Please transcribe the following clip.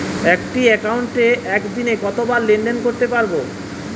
একটি একাউন্টে একদিনে কতবার লেনদেন করতে পারব?